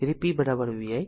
તેથી p v i